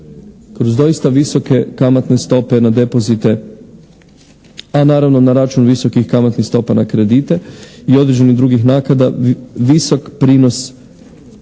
kroz doista visoke kamatne stope na depozite a naravno na račun visokih kamatnih stopa na kredite i određenih drugih naknada visok prinos što